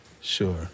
sure